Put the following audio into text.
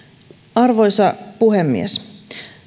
arvoisa puhemies